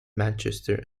manchester